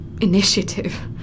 Initiative